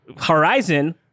Horizon